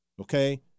okay